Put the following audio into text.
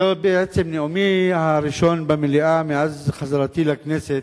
זהו בעצם נאומי הראשון במליאה מאז חזרתי לכנסת,